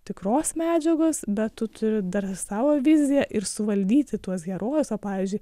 tikros medžiagos bet tu turi dar ir savo viziją ir suvaldyti tuos herojus o pavyzdžiui